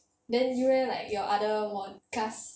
then you leh like your other mod class